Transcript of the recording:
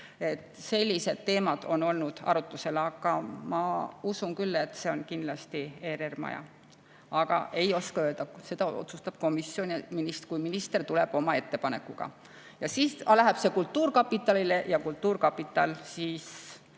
Sellised teemad on olnud arutusel. Ma usun küll, et see on kindlasti ERR-i maja. Aga ei oska [kindlalt] öelda, seda otsustab komisjon, kui minister tuleb oma ettepanekuga, ja siis läheb see kultuurkapitali ja kultuurkapital